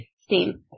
steam